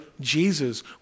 Jesus